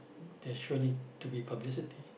there's surely to be publicity